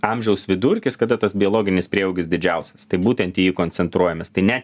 amžiaus vidurkis kada tas biologinis prieaugis didžiausias tai būtent į jį koncentruojamės tai ne